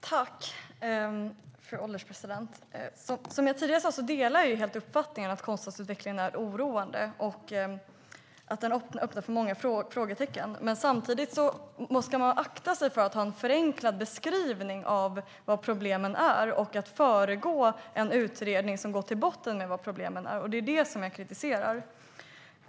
Fru ålderspresident! Som jag tidigare sa delar jag helt uppfattningen att kostnadsutvecklingen är oroande och att den öppnar för många frågor. Samtidigt ska man akta sig för att göra en förenklad beskrivning av problemen och att föregå en utredning som går till botten med problemen. Det är det som jag kritiserar.